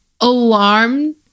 alarmed